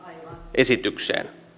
esitykseen